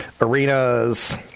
arenas